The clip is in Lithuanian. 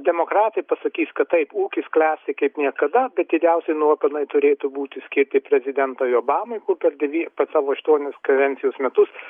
demokratai pasakys kad taip ūkis klesti kaip niekada bet didžiausi nuopelnai turėtų būti skirti prezidentui obamai kur per devy per savo aštuonis kadencijos metus